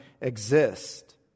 exist